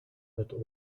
mit